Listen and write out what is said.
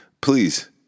please